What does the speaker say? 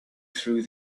through